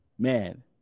Man